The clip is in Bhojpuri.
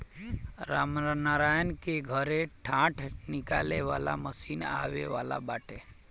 रामनारायण के घरे डाँठ निकाले वाला मशीन आवे वाला बाटे